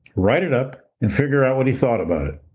write it up and figure out what he thought about it.